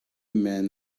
men